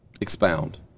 Expound